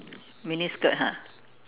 miniskirt ha